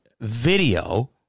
video